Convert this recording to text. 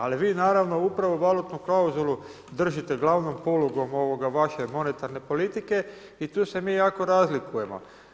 Ali, vi naravno, upravo valutnu klauzulu držite ugl. polugom vaše monetarne politike i tu se mi jako razlikujemo.